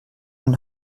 und